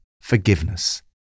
forgiveness